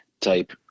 type